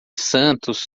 santos